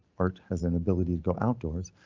art has an ability to go outdoors.